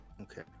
Okay